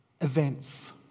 events